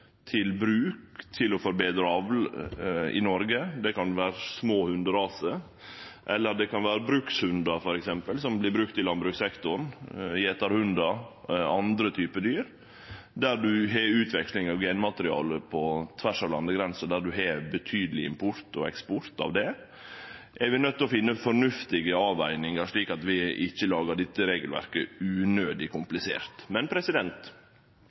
til bruk for å forbetre avl i Noreg – det kan vere små hunderasar, eller det kan vere brukshundar som blir brukte i landbrukssektoren, gjetarhundar og andre typar dyr, der ein har utveksling av genmateriale på tvers av landegrensene, der ein har betydeleg import og eksport av det – er vi nøydde til å finne fornuftige avvegingar, slik at vi ikkje lagar dette regelverket unødig komplisert.